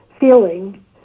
feeling